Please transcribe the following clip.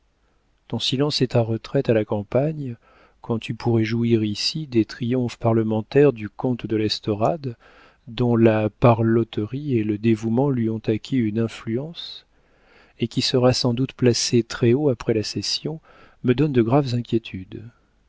ton silence et ta retraite à la campagne quand tu pourrais jouir ici des triomphes parlementaires du comte de l'estorade dont la parlotterie et le dévouement lui ont acquis une influence et qui sera sans doute placé très-haut après la session me donnent de graves inquiétudes